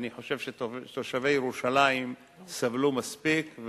אני חושב שתושבי ירושלים סבלו מספיק,